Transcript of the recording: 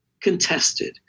contested